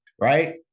right